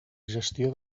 gestió